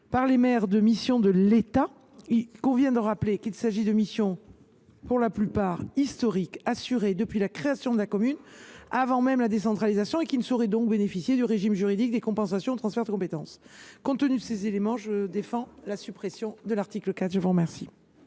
par les maires de missions de l’État, il convient de rappeler qu’il s’agit de missions historiques, pour la plupart d’entre elles, assurées depuis la création de la commune, avant même la décentralisation, et qui ne sauraient donc bénéficier du régime juridique des compensations liées au transfert de compétences. Compte tenu de ces éléments, je propose la suppression de l’article 4. Quel